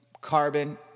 carbon